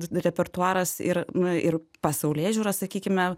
repertuaras ir na ir pasaulėžiūra sakykime